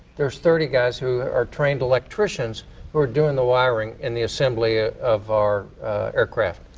there are thirty guys who are trained electrician who are doing the wiring in the assembly of our aircraft.